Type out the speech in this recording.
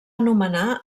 anomenar